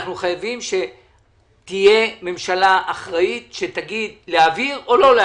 אנחנו חייבים שתהיה ממשלה אחראית שתגיד אם להעביר או לא.